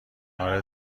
آره